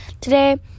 Today